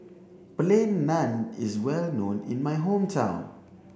plain naan is well known in my hometown